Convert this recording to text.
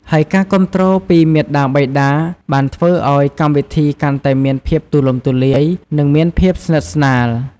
ហើយការគាំទ្រពីមាតាបិតាបានធ្វើឲ្យកម្មវិធីកាន់តែមានភាពទូលំទូលាយ និងមានភាពស្និទស្នាល។